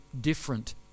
different